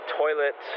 toilet